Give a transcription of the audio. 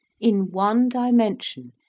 in one dimension,